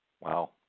Wow